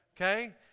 okay